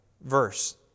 verse